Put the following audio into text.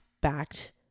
backed